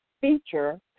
feature